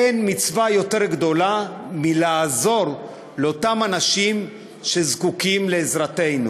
אין מצווה יותר גדולה מלעזור לאותם אנשים שזקוקים לעזרתנו'